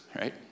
right